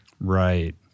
Right